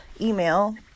email